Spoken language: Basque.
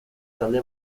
talde